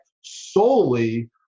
solely